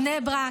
בני ברק,